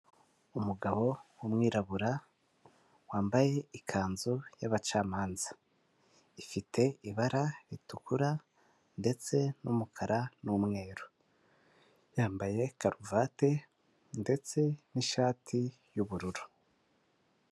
Umugabo w'umwirabura wambaye ikanzu y'abacamanza, ifite ibara ritukura ndetse n'umukara n'umweru, yambaye karuvati ndetse n'ishati y'ubururu.